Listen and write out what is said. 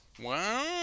Wow